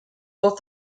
both